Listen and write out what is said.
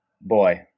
boy